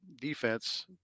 defense